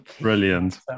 Brilliant